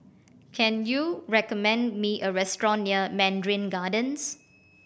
can you recommend me a restaurant near Mandarin Gardens